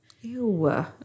Ew